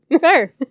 Fair